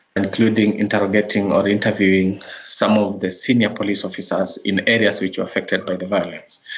including interrogating or interviewing some of the senior police officers in areas which were affected by the violence.